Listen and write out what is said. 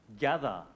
gather